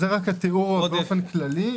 זה התיאור באופן כללי.